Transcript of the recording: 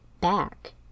back